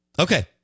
okay